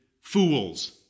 fools